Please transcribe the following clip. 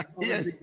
Yes